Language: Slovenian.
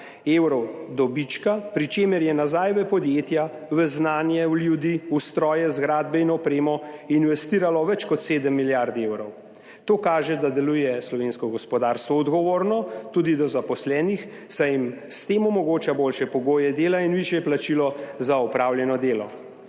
evrov dobička, pri čemer je nazaj v podjetja, znanje, ljudi, stroje, zgradbe in opremo investiralo več kot 7 milijard evrov. To kaže, da deluje slovensko gospodarstvo odgovorno tudi do zaposlenih, saj jim s tem omogoča boljše pogoje dela in višje plačilo za opravljeno delo.